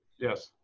Yes